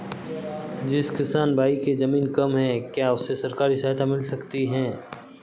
जिस किसान भाई के ज़मीन कम है क्या उसे सरकारी सहायता मिल सकती है?